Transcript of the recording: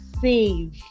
save